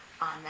on